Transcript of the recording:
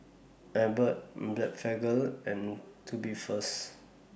Abbott Blephagel and Tubifast